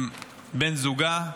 עם בן זוגה.